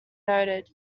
noted